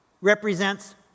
represents